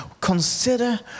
Consider